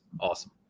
awesome